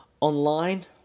online